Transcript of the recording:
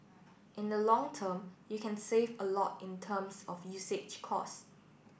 in the long term you can save a lot in terms of usage cost